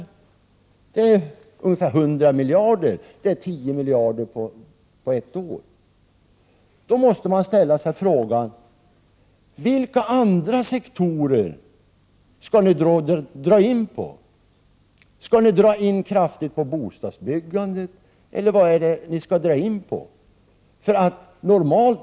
Det är ungefär 100 miljarder — tio miljarder på ett år. Då måste man ställa sig frågan: Vilka andra sektorer skall ni dra in på. Skall ni dra in kraftigt på bostadsbyggandet, eller vad skall ni dra in på?